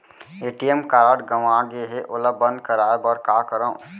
ATM card गंवा गे है ओला बंद कराये बर का करंव?